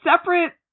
separate